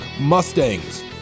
Mustangs